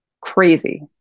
crazy